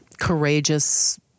courageous